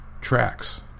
tracks